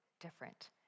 different